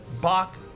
Bach